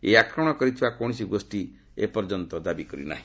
ଏହି ଆକ୍ରମଣ କରିଥିବା କୌଣସି ଗୋଷ୍ଠୀ ଦାବି କରି ନାହାନ୍ତି